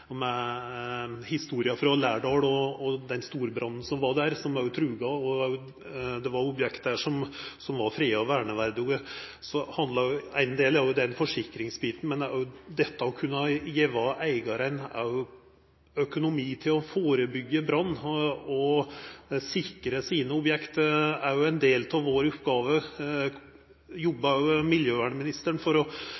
historia frå Lærdal og den storbrannen som var der, som òg truga objekt som var freda og verneverdige, handla éin del om forsikringsbiten, men det er òg dette å kunna gjeva eigaren økonomi til å førebyggja brann og sikra sine objekt – det er òg ein del av vår oppgåve.